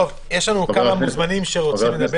יש לנו עוד כמה מוזמנים שרוצים לדבר.